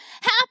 Happy